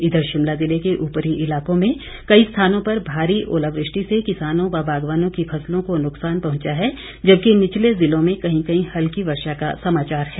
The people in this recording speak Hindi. इधर शिमला ज़िले के ऊपरी इलाकों में कई स्थानों पर भारी ओलावृष्टि से किसानों व बागवानों की फसलों को नुकसान पहुंचा है जबकि निचले ज़िलों में कही कही हल्की वर्षा का समाचार है